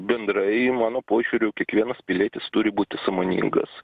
bendrai mano požiūriu kiekvienas pilietis turi būti sąmoningas